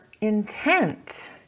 intent